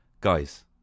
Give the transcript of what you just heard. Guys